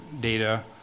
data